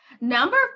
Number